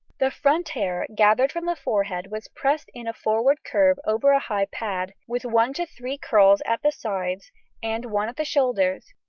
the front hair, gathered from the forehead, was pressed in a forward curve over a high pad, with one to three curls at the sides and one at the shoulders,